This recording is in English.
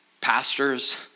pastors